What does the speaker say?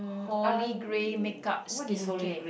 holy grail make-up skincare